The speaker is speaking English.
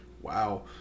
wow